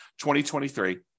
2023